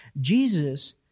Jesus